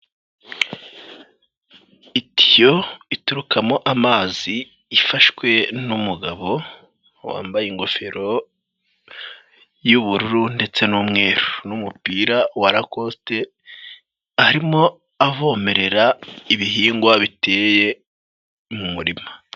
Itiyo iturukamo amazi ifashwe n'umugabo wambaye ingofero y'ubururu ndetse n'umweru n'umupira wa rakosite arimo avomerera ibihingwa biteye mu murima.